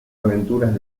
aventuras